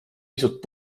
pisut